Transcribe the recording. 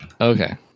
Okay